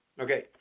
Okay